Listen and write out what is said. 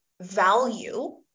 value